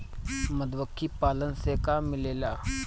मधुमखी पालन से का मिलेला?